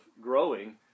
growing